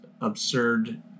absurd